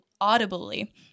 audibly